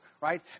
right